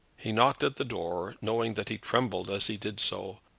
he knocked at the door, knowing that he trembled as he did so,